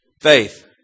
Faith